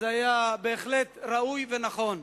זה היה בהחלט ראוי ונכון.